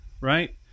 right